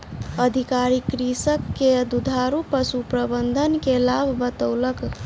अधिकारी कृषक के दुधारू पशु प्रबंधन के लाभ बतौलक